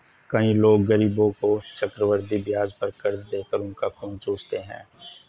कई लोग गरीबों को चक्रवृद्धि ब्याज पर कर्ज देकर उनका खून चूसते हैं